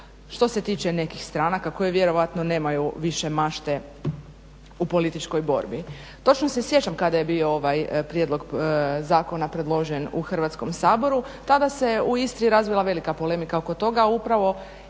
Što se tiče nekih stranaka koje vjerojatno nemaju više mašte u političkoj borbi. Točno se sjećam kada je bio ovaj prijedlog zakona predložen u Hrvatskom saboru. Ta da se u Istri razvila velika polemika oko toga, upravo